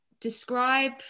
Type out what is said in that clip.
describe